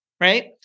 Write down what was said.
right